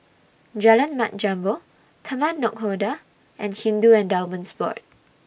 Jalan Mat Jambol Taman Nakhoda and Hindu Endowments Board